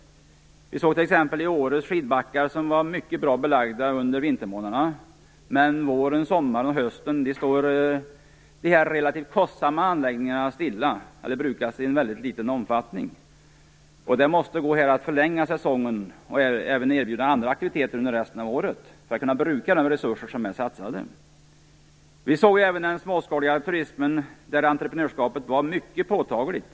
Vi såg att Åres skidbackar är mycket bra belagda under vintermånaderna, men våren, sommaren och hösten står de relativt kostsamma anläggningarna stilla. De brukas i en liten omfattning. Det måste gå att förlänga säsongen och erbjuda andra aktiviteter under resten av året för att bruka de resurser som har satsats. Vi såg även den småskaliga turismen där entreprenörskapet var mycket påtagligt.